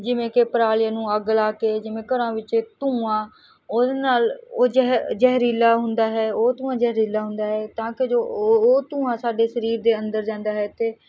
ਜਿਵੇਂ ਕਿ ਪਰਾਲੀ ਨੂੰ ਅੱਗ ਲਾ ਕੇ ਜਿਵੇਂ ਘਰਾਂ ਵਿੱਚ ਧੂੰਆਂ ਉਹਦੇ ਨਾਲ ਉਹ ਜਹਿ ਜ਼ਹਿਰੀਲਾ ਹੁੰਦਾ ਹੈ ਉਹ ਧੂੰਆਂ ਜ਼ਹਿਰੀਲਾ ਹੁੰਦਾ ਹੈ ਤਾਂ ਕਿ ਜੋ ਉਹ ਉਹ ਧੂੰਆਂ ਸਾਡੇ ਸਰੀਰ ਦੇ ਅੰਦਰ ਜਾਂਦਾ ਹੈ ਅਤੇ